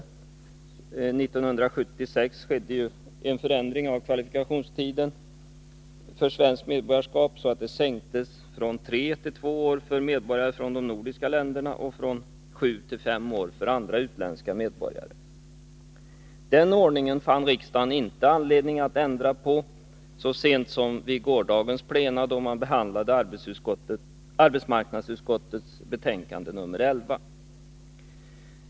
1976 skedde en förändring av kvalifikationstiden för svenskt medborgarskap så att den sänktes från tre till två år för medborgare från de nordiska länderna och från sju till fem år för andra utländska medborgare. Den ordningen fann riksdagen inte anledning att ändra på så sent som vid gårdagens plenum, då vi behandlade arbetsmarknadsutskottets betänkande nr 11.